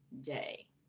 day